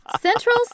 Central